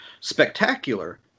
spectacular